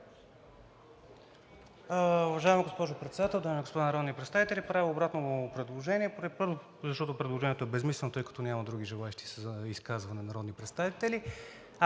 Уважаема госпожо Председател, дами и господа народни представители! Правя обратно предложение, защото предложението е безсмислено, тъй като няма други желаещи за изказване народни представители.